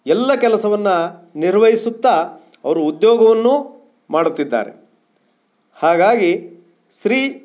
ಎಲ್ಲ ಕೆಲಸವನ್ನು ನಿರ್ವಹಿಸುತ್ತಾ ಅವರು ಉದ್ಯೋಗವನ್ನೂ ಮಾಡುತ್ತಿದ್ದಾರೆ ಹಾಗಾಗಿ ಸ್ತ್ರೀ